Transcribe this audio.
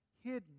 hidden